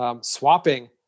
Swapping